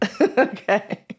Okay